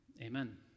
Amen